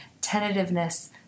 tentativeness